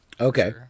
Okay